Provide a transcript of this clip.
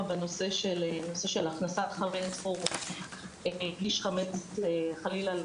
בנושא של הכנסת חמץ או להגיש חמץ חלילה לחולים,